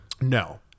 No